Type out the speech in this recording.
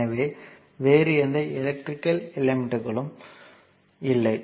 எனவே வேறு எந்த எலக்ட்ரிகல் எலிமெண்ட்களும் இல்லை